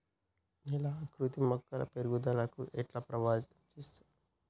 నేల ఆకృతి మొక్కల పెరుగుదలను ఎట్లా ప్రభావితం చేస్తది?